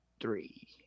three